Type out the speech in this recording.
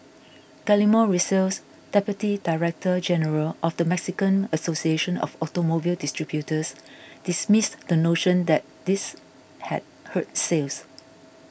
Guillermo Rosales Deputy Director General of the Mexican Association of Automobile Distributors dismissed the notion that this had hurt sales